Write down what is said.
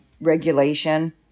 regulation